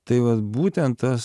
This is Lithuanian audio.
tai va būtent tas